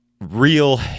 Real